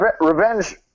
Revenge